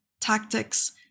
tactics